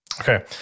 Okay